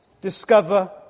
discover